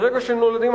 ברגע שהם נולדים,